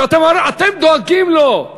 שאתם דואגים לו?